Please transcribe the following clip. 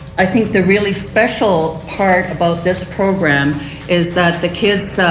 i think the really special part about this program is that the kids,